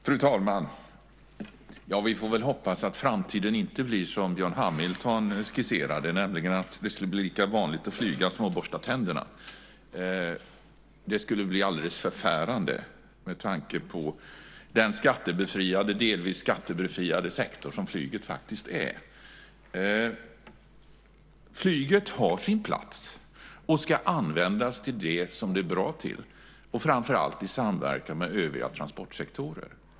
Fru talman! Vi får väl hoppas att framtiden inte blir som Björn Hamilton skisserade, nämligen att det skulle bli lika vanligt att flyga som att borsta tänderna. Det skulle bli alldeles förfärande med tanke på den delvis skattebefriade sektor som flyget faktiskt är. Flyget har sin plats och ska användas till det som det är bra till, och framför allt i samverkan med övriga transportsektorer.